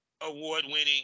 award-winning